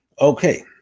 okay